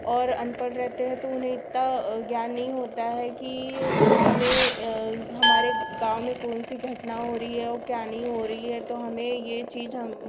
और अनपढ़ रहते हैं तो उन्हें इतना ज्ञान नहीं होता है कि हमें हमारे गाँव में कौन सी घटना हो रही है और क्या नहीं हो रही है तो हमें यह चीज़ हम